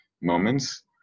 moments